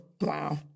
Wow